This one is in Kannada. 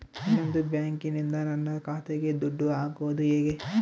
ಇನ್ನೊಂದು ಬ್ಯಾಂಕಿನಿಂದ ನನ್ನ ಖಾತೆಗೆ ದುಡ್ಡು ಹಾಕೋದು ಹೇಗೆ?